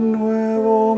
nuevo